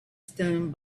stone